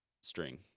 string